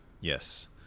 Yes